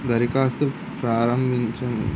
దరఖాస్తు ప్రారంభించి